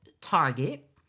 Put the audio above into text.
Target